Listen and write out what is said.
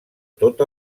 tot